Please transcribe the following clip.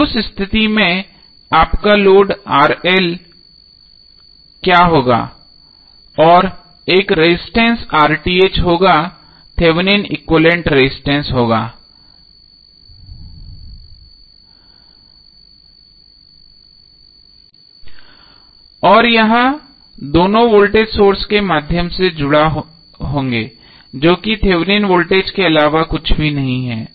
तो उस स्थिति में आपका लोड क्या होगा और एक रजिस्टेंस थ्वेनिन एक्विवैलेन्ट रजिस्टेंस होगा और यह दोनों वोल्टेज सोर्स के माध्यम से जुड़ा होंगे जो कि थेवेनिन वोल्टेज के अलावा कुछ भी नहीं है